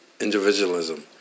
individualism